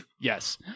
Yes